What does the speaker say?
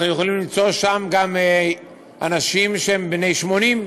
אנחנו יכולים למצוא שם גם אנשים שהם בני 80,